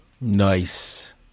Nice